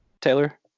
taylor